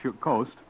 coast